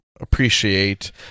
appreciate